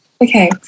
okay